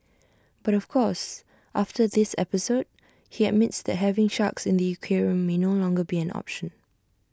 but of course after this episode he admits that having sharks in the aquarium may no longer be an option